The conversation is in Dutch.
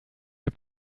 heb